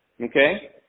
okay